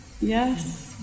Yes